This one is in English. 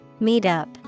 Meetup